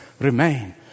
remain